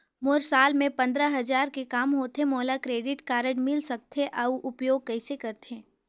मोर साल मे पंद्रह हजार ले काम होथे मोला क्रेडिट कारड मिल सकथे? अउ उपयोग कइसे करथे?